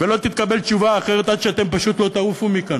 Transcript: ולא תתקבל תשובה אחרת כל עוד אתם פשוט לא תעופו מכאן